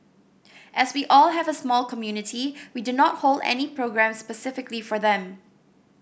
as we all have a small community we do not hold any programmes specifically for them